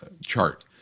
chart